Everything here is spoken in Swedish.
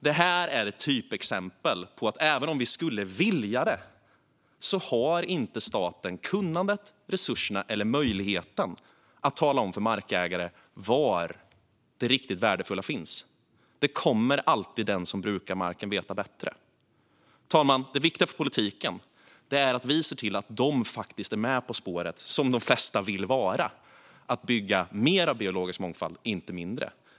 Det här är ett typexempel på att även om vi skulle vilja det har staten inte kunnandet, resurserna eller möjligheten att tala om för markägare var det riktigt värdefulla finns. Det kommer alltid den som brukar marken att veta bättre. Fru talman! Det viktiga för politiken är att vi ser till att de faktiskt är med på spåret, som de flesta vill vara, när det gäller att bygga mer av biologisk mångfald och inte mindre.